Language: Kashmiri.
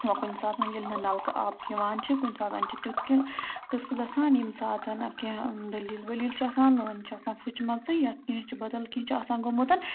وۄنۍ کُنہِ ساتہٕ ییٚلہِ نہٕ نَلکہٕ آب یِوان چھِ کُنہِ ساتہٕ چھِ تیُتھ کیٚنٛہہ قصہٕ گژھان ییٚمہِ ساتہٕ کیٚنٛہہ دٔلیٖل ؤلیٖل چھِ آسان لٲنہٕ چھِ آسان فُچمَژٕ یا کیٚنٛہہ چھِ بَدَل کیٚنٛہہ چھُ آسان گوٚمُت